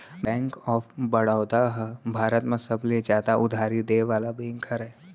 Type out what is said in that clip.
bank of Baroda ह भारत म सबले जादा उधारी देय वाला बेंक हरय